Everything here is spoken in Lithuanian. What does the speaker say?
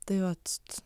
tai vat